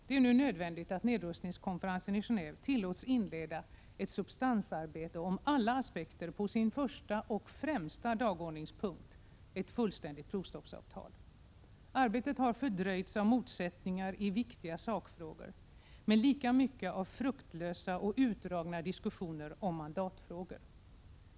Det är nu nödvändigt att nedrustningskonferensen i Genéve tillåts inleda ett substansarbete om alla aspekter på sin första och främsta dagordningspunkt, ett fullständigt provstoppsavtal. Arbetet har fördröjts av motsättningari viktiga sakfrågor, men lika mycket av fruktlösa och utdragna diskussioner om mandatfrågor.